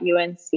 UNC